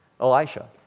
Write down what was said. elisha